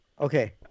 Okay